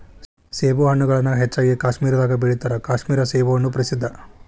ಸೇಬುಹಣ್ಣುಗಳನ್ನಾ ಹೆಚ್ಚಾಗಿ ಕಾಶ್ಮೇರದಾಗ ಬೆಳಿತಾರ ಕಾಶ್ಮೇರ ಸೇಬುಹಣ್ಣು ಪ್ರಸಿದ್ಧ